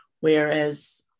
Whereas